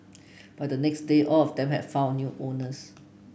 by the next day all of them had found new owners